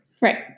Right